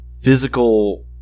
physical